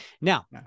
now